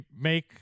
make